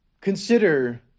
Consider